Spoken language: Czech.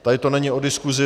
Tady to není o diskusi.